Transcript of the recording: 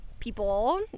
People